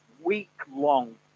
week-long